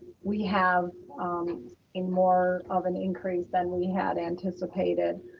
we have um in more of an increase than we had anticipated,